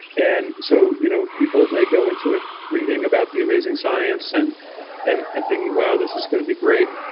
and so you know people may go into it reading about the amazing science and and and thinking, wow, this is going to be great,